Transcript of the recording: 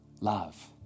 Love